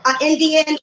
Indian